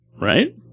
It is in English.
Right